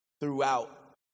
throughout